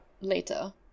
later